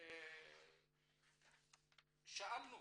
אנחנו שאלנו